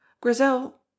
Grizel